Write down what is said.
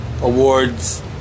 Awards